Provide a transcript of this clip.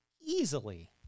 easily